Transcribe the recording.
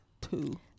two